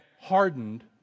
hardened